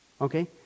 Okay